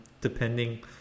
depending